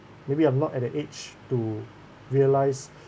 maybe I'm not at the age to realise